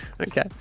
Okay